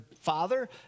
father